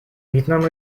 вьетнам